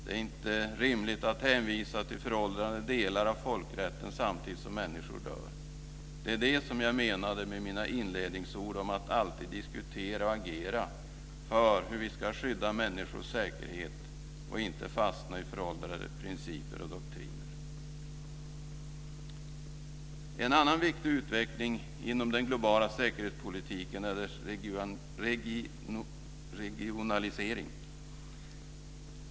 Det är inte rimligt att hänvisa till föråldrade delar av folkrätten samtidigt som människor dör. Det är detta som jag menade med mina inledningsord om att alltid diskutera och agera för hur vi ska skydda människors säkerhet och inte fastna i föråldrade principer och doktriner. En annan viktig utveckling inom den globala säkerhetspolitiken är dess regionalisering.